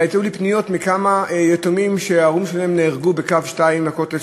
היו לי פניות מכמה יתומים שההורים שלהם נהרגו באוטובוס לכותל,